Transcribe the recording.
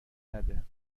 نده